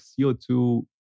CO2